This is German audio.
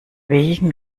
wegen